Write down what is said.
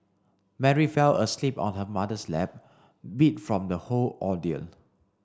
Mary fell asleep on her mother's lap beat from the whole ordeal